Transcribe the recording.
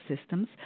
systems